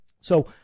So-